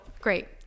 great